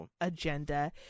agenda